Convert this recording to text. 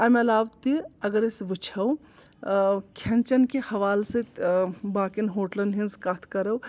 اَمہِ علاوٕ تہِ اگر أسۍ وُچھو کھٮ۪ن چٮ۪ن کہِ حوالہٕ سۭتۍ باقیَن ہوٹلَن ہٕنٛز کتھ کَرو